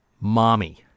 mommy